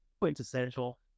quintessential